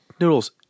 noodles